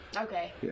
Okay